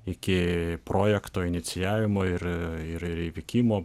iki projekto inicijavimo ir ir ir įvykimo